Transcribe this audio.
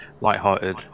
light-hearted